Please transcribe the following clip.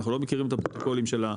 אנחנו לא מכירים את הפרוטוקולים שלה,